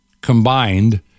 combined